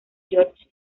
george